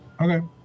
Okay